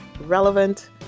relevant